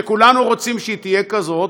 שכולנו רוצים שהיא תהיה כזאת,